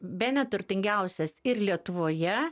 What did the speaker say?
bene turtingiausias ir lietuvoje